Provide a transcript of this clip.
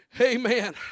Amen